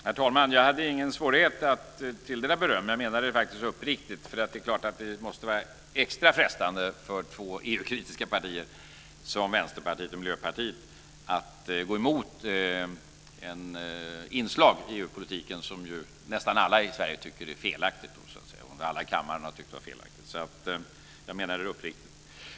Herr talman! Jag hade ingen svårighet att tilldela er beröm. Jag menade det faktiskt uppriktigt. Det är klart att det måste vara extra frestande för två EU kritiska partier som Vänsterpartiet och Miljöpartiet att gå emot ett inslag i EU-politiken som nästan alla i Sverige och alla i kammaren tycker är felaktigt. Mitt beröm var alltså uppriktigt.